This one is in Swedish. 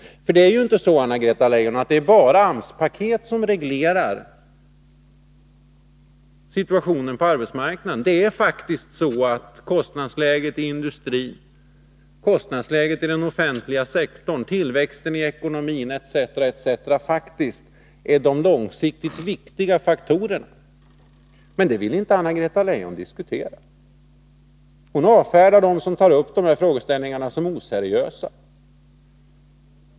Det är ju inte så, Anna-Greta Leijon, att det bara är AMS-paket som reglerar situationen på arbetsmarknaden. Det är ju faktiskt så att kostnadsläget i industrin, kostnadsläget i den offentliga sektorn, tillväxten i ekonomin etc. faktiskt är de långsiktigt viktiga faktorerna. Men det vill inte Anna-Greta Leijon diskutera. Hon avfärdar dem som tar upp de här frågeställningarna som oseriösa.